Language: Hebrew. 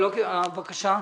בבקשה,